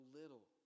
little